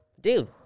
dude